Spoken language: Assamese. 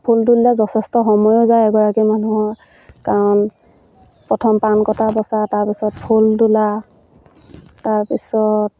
ফুল তুলিলে যথেষ্ট সময়ো যায় এগৰাকী মানুহৰ কাৰণ প্ৰথম পাণ কটা বচা তাৰপিছত ফুল তোলা তাৰপিছত